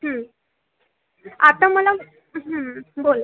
आता मला बोल